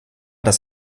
das